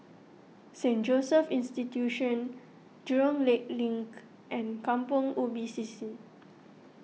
Saint Joseph's Institution Jurong Lake Link and Kampong Ubi C C